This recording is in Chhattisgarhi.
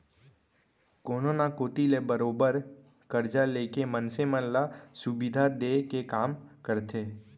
कोनो न कोती ले बरोबर करजा लेके मनसे मन ल सुबिधा देय के काम करथे